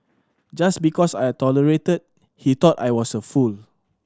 just because I tolerated he thought I was a fool